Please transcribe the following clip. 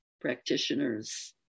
practitioners